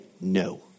no